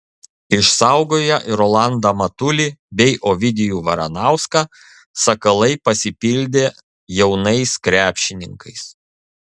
išsaugoję rolandą matulį bei ovidijų varanauską sakalai pasipildė jaunais krepšininkais